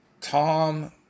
Tom